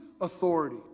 authority